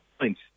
point